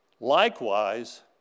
Likewise